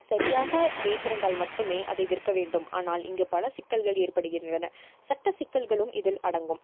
சரியாக வைத்திருந்தால் மட்டுமே அதை விற்க வேண்டும் ஆனால் இங்க பல சிக்கல்கள் ஏற்படுகின்றன சட்ட சிக்கல்களும் இதில் அடங்கும்